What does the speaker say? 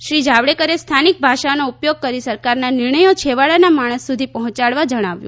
શ્રી જાવડેકરે સ્થાનિક ભાષાઓનો ઉપયોગ કરી સરકારના નિર્ણયો છેવાડાના માણસ સુધી પહોંચાડવા જણાવ્યું